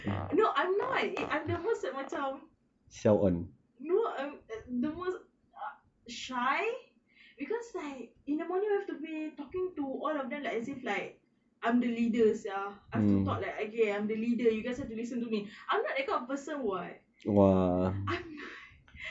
no I'm not I'm the most macam no um the most shy because like in the morning I have to be talking to all of them like as if like I'm the leader sia I have to talk like okay I'm the leader you guys have to listen to me I'm not that kind of person [what] I'm not